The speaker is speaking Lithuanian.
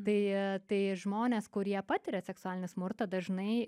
tai tai žmonės kurie patiria seksualinį smurtą dažnai